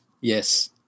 Yes